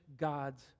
God's